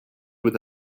with